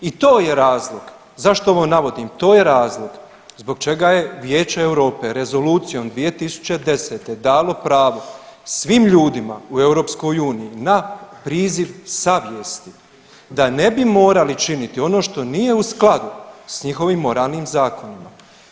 I to je razlog, zašto ovo navodim, to je razlog zbog čega je Vijeće Europe Rezolucijom 2010 dalo pravo svim ljudima u EU na priziv savjesti da ne bi morali činiti ono što nije u skladu s njihovim moralnim zakonima.